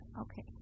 okay